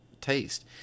taste